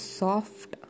soft